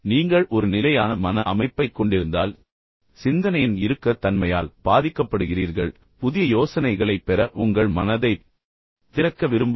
நீங்கள் ஒரு நிலையான மன அமைப்பைக் கொண்டிருந்தால் எனவே நீங்கள் சிந்தனையின் இறுக்கத் தன்மையால் பாதிக்கப்படுகிறீர்கள் பின்னர் புதிய யோசனைகளைப் பெற உங்கள் மனதைத் திறக்க விரும்பவில்லை